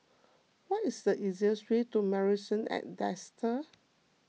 what is the easiest way to Marrison at Desker